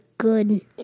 good